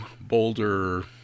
boulder